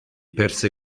perse